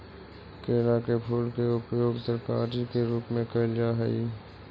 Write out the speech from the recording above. केला के फूल के उपयोग तरकारी के रूप में कयल जा हई